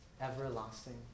everlasting